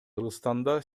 кыргызстанда